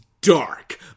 dark